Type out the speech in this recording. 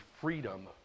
freedom